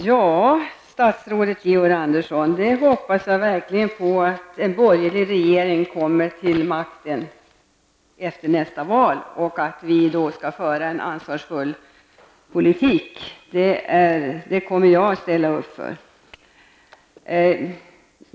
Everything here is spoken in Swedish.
Herr talman! Jag hoppas verkligen, statsrådet Georg Andersson, att en borgerlig regering kommer till makten efter nästa val. Att vi då skall föra en ansvarsfull politik, det kommer jag att ställa upp för.